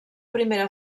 primera